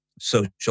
social